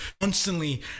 constantly